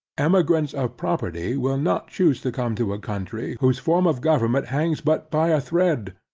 emigrants of property will not choose to come to a country whose form of government hangs but by a thread,